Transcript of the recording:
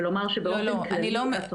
ולומר שבאופן כללי,